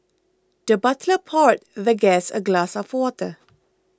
the butler poured the guest a glass of water